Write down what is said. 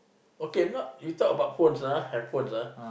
okay not you talk about phones ah handphones ah